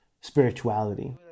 spirituality